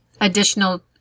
additional